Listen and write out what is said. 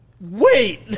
wait